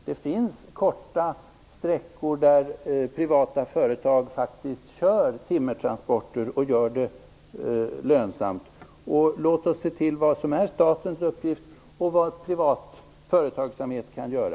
Det finns korta sträckor där privata företag faktiskt kör timmertransporter och gör det lönsamt. Låt oss se på vad som är statens uppgift och vad privat företagsamhet kan göra.